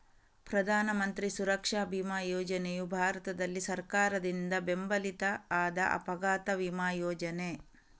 ಪ್ರಧಾನ ಮಂತ್ರಿ ಸುರಕ್ಷಾ ಬಿಮಾ ಯೋಜನೆಯು ಭಾರತದಲ್ಲಿ ಸರ್ಕಾರದಿಂದ ಬೆಂಬಲಿತ ಆದ ಅಪಘಾತ ವಿಮಾ ಯೋಜನೆ